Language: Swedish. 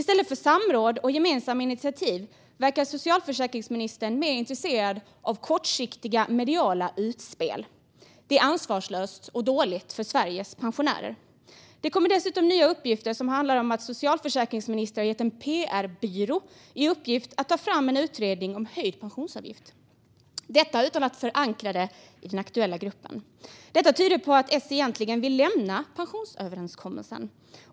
Socialförsäkringsministern verkar vara mer intresserad av kortsiktiga mediala utspel än av samråd och gemensamma initiativ. Det är ansvarslöst och dåligt för Sveriges pensionärer. Det kommer dessutom nya uppgifter som handlar om att socialförsäkringsministern har gett en pr-byrå i uppgift att ta fram en utredning om höjd pensionsavgift utan att förankra detta i den aktuella gruppen. Detta tyder på att S egentligen vill lämna pensionsöverenskommelsen.